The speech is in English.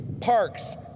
parks